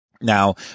Now